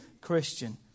Christian